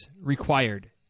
required